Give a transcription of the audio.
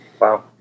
Wow